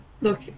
look